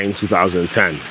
2010